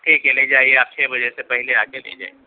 ٹھیک ہے لے جائیے آپ چھ بجے سے پہلے آ کے لے جائیے